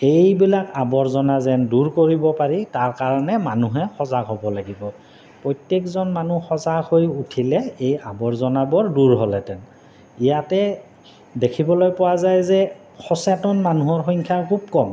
এইবিলাক আৱৰ্জনা যেন দূৰ কৰিব পাৰি তাৰ কাৰণে মানুহে সজাগ হ'ব লাগিব প্ৰত্যেকজন মানুহ সজাগ হৈ উঠিলে এই আৱৰ্জনাবোৰ দূৰ হ'লহেঁতেন ইয়াতে দেখিবলৈ পোৱা যায় যে সচেতন মানুহৰ সংখ্যা খুব কম